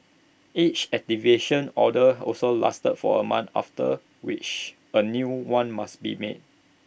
each activation order also lasts for A month after which A new one must be made